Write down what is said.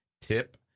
tip